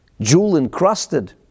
jewel-encrusted